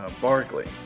Barkley